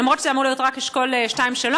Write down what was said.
למרות שזה היה אמור להיות רק אשכולות 2 ו-3,